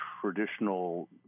traditional